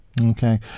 Okay